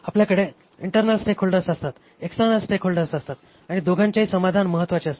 आपल्याकडे internal stakeholders असतात external stakeholders असतात आणि दोघांचेही समाधान महत्वाचे असते